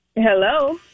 hello